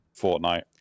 fortnite